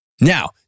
Now